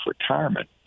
retirement